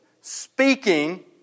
speaking